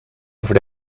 over